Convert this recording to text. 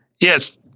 Yes